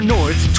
North